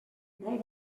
molt